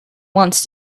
wants